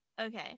Okay